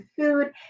food